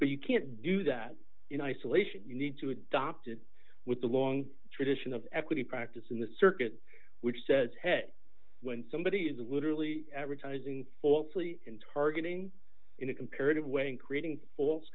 but you can't do that in isolation you need to adopt it with the long tradition of equity practice in the circuit which says head when somebody is literally advertising falsely in targeting in a comparative way in creating false